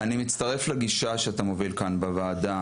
אני מצטרף לגישה שאתה מוביל כאן בוועדה